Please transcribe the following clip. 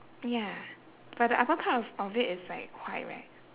ya but the upper part of of it is like white right